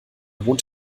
wohnt